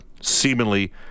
seemingly